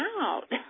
out